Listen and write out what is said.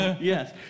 yes